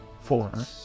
four